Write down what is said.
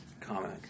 comic